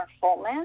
fullness